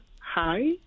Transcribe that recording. Hi